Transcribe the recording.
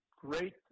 great